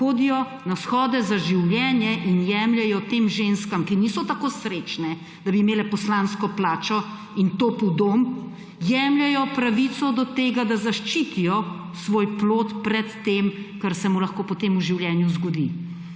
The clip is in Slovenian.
hodijo na Shode za življenje in jemljejo tem ženskam, ki niso tako srečne, da bi imele poslansko plačo in topel dom, jemljejo pravico do tega, da zaščitijo svoj plod pred tem, kar se mu lahko potem v življenju zgodi.